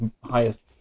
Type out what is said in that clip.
highest